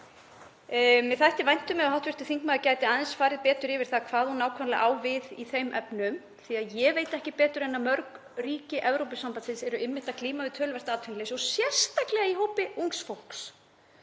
Mér þætti vænt um ef hv. þingmaður gæti aðeins farið betur yfir það hvað hún nákvæmlega á við í þeim efnum því ég veit ekki betur en að mörg ríki Evrópusambandsins séu einmitt að glíma við töluvert atvinnuleysi og sérstaklega í hópi ungs fólks.